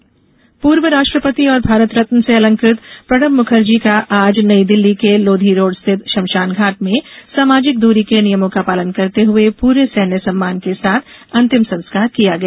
मुखर्जी निधन पूर्व राष्ट्रपति और भारत रत्न से अलंकृत प्रणव मुखर्जी का आज नई दिल्ली के लोधी रोड स्थित श्मशान घाट में सामाजिक दूरी के नियमों का पालन करते हुए पूरे सैन्य सम्मान के साथ अंतिम संस्कार किया गया